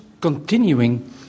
continuing